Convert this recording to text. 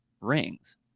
rings